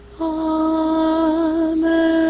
Amen